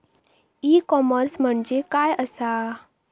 E commerce म्हणजे काय असा?